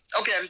okay